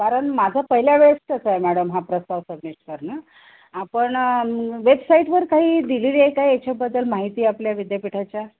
कारण माझा पहिल्या वेळेसचंच आहे मॅडम हा प्रस्ताव सबमिट करणं आपण वेबसाईटवर काही दिलेली आहे का याच्याबद्दल माहिती आपल्या विद्यापीठाच्या